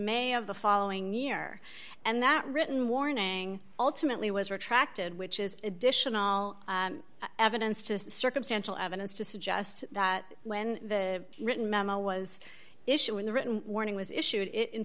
may of the following year and that written warning ultimately was retracted which is additional evidence just circumstantial evidence to suggest that when the written memo was issued when the written warning was issued i